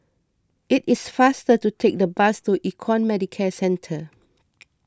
it is faster to take the bus to Econ Medicare Centre